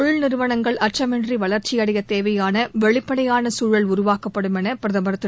தொழில் நிறுவனங்கள் அச்சமின்றி வளர்ச்சி அடையத் தேவையான வெளிப்படையான சூழல் உருவாக்கப்படும் என பிரதமர் திரு